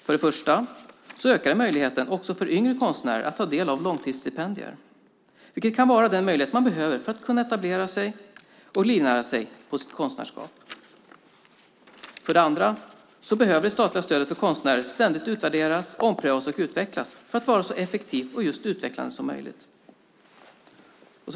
För det första ökar det möjligheten också för yngre konstnärer att ta del av långtidsstipendier, vilket kan vara den möjlighet man behöver för att kunna etablera sig och livnära sig på sitt konstnärskap. För det andra behöver det statliga stödet för konstnärer ständigt utvärderas, omprövas och utvecklas för att vara så effektivt och utvecklande som möjligt.